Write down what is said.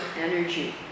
energy